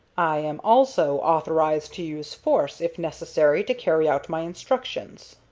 i am also authorized to use force, if necessary, to carry out my instructions.